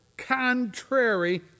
contrary